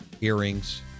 earrings